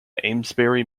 amesbury